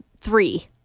Three